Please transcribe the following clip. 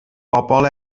bobl